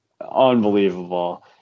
Unbelievable